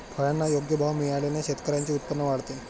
फळांना योग्य भाव मिळाल्याने शेतकऱ्यांचे उत्पन्न वाढते